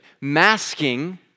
masking